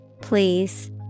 Please